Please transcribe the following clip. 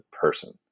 person